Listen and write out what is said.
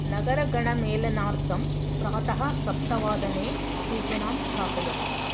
नगरगणमेलनार्थं प्रातः सप्तवादने सूचनां स्थापय